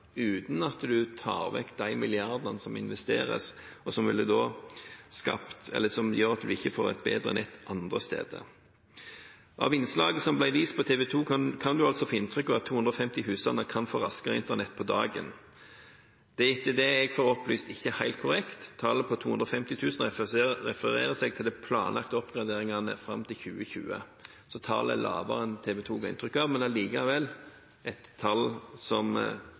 uten at en tar vekk de milliardene som investeres, og som gjør at en ikke får et bedre nett andre steder. Av innslaget som ble vist på TV 2, kan en altså få inntrykk av at 250 000 husstander kan få raskere Internett på dagen. Det er etter det jeg får opplyst, ikke helt korrekt. Tallet på 250 000 refererer til de planlagte oppgraderingene fram til 2020. Så tallet er lavere enn TV 2 ga inntrykk av, men det er likevel et tall